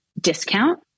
discount